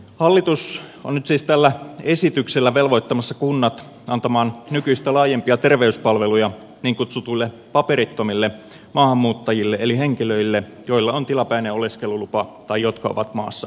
hallitus on nyt siis tällä esityksellä velvoittamassa kunnat antamaan nykyistä laajempia terveyspalveluja niin kutsutuille paperittomille maahanmuuttajille eli henkilöille joilla on tilapäinen oleskelulupa tai jotka ovat maassa laittomasti